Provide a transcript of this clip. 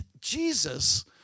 Jesus